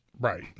Right